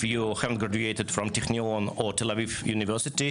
אם אתה לא בוגר הטכניון או אוניברסיטת תל אביב,